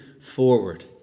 forward